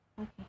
okay